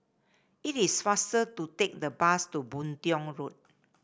it is faster to take the bus to Boon Tiong Road